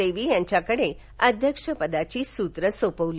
देवी यांच्याकडे अध्यक्ष पदाची सूत्र सोपवली